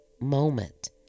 moment